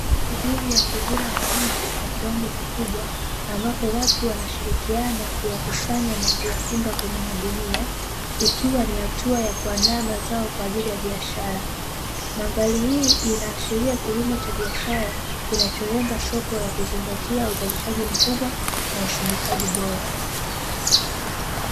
Shughuli ya kuvuna mahindi kwa kiwango kikubwa, ambapo watu wanashirikiana kuyakusanya na kuyafunga kwenye magunia, ikiwa ni hatua ya kuandaa mazao kwa ajili ya biashara. Mandhari hii inaashiria kilimo cha biashara, kinacholenga soko la kuzingatia uzalishaji mkubwa na usindikaji bora.